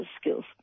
skills